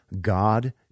God